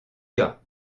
cas